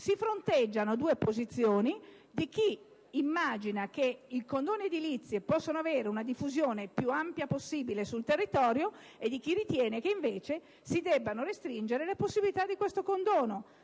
si fronteggiano le due posizioni di chi immagina che i condoni edilizi possano avere una diffusione più ampia possibile sul territorio e di chi ritiene che, invece, si debbano restringere le possibilità di questo condono.